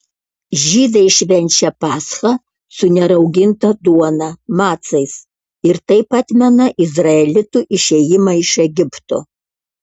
žydai švenčia paschą su nerauginta duona macais ir taip atmena izraelitų išėjimą iš egipto